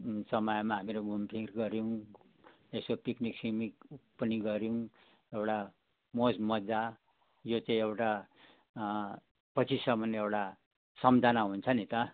उम् समयमा हामीहरू घुमफिर गऱ्यौँ यसो पिकनिकसिकनिक पनि गऱ्यौँ एउटा मोजमजा यो चाहिँ एउटा पछिसम्म एउटा सम्झना हुन्छ नि त